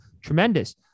tremendous